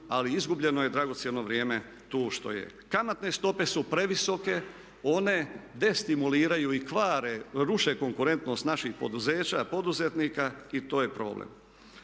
ali izgubljeno je dragocjeno vrijeme tu što je. Kamatne stope su previsoke. One destimuliraju i kvare, ruše konkurentnost naših poduzeća, poduzetnika i to je problem.